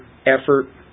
effort